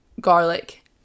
garlic